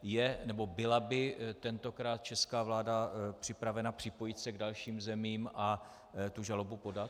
Je nebo byla by tentokrát česká vláda připravena připojit se k dalším zemím a tu žalobu podat?